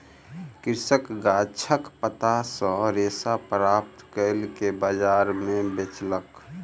कृषक गाछक पात सॅ रेशा प्राप्त कअ के बजार में बेचलक